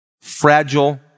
Fragile